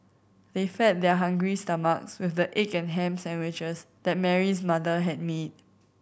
they fed their hungry stomachs with the egg and ham sandwiches that Mary's mother had made